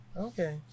Okay